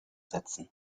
setzen